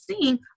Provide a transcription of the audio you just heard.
seeing